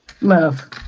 Love